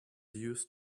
used